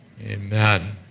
amen